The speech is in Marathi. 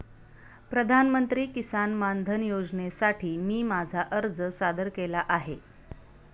प्रधानमंत्री किसान मानधन योजनेसाठी मी माझा अर्ज सादर केला आहे